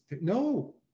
no